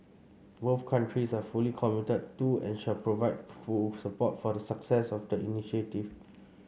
both countries are fully committed to and shall provide full support for the success of the initiative